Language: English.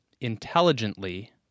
intelligently